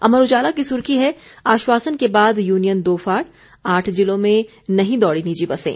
अमर उजाला की सुर्खी है आश्वासन के बाद यूनियन दोफाड़ आठ जिलों में नहीं दौड़ीं निजी बसें